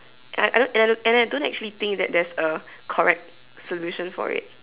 and I I and I and I don't actually think that there's a correct solution for it